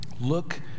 look